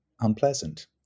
unpleasant